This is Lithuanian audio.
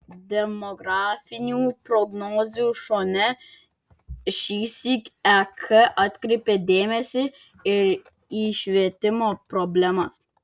demografinių prognozių fone šįsyk ek atkreipė dėmesį ir į švietimo problemas